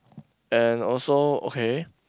and also okay